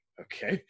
okay